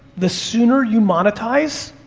the sooner you monetize,